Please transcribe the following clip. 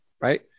Right